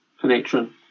connection